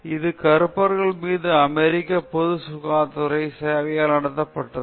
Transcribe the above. இது கறுப்பர்கள் மீது அமெரிக்க பொது சுகாதார சேவையால் நடத்தப்பட்டது